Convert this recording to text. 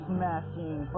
Smashing